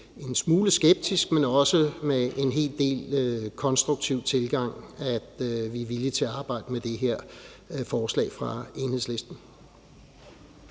en smule skepsis, men også med en hel del konstruktiv tilgang, at vi er villige til at arbejde med det her forslag fra Enhedslisten.